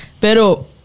Pero